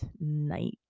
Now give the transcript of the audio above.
night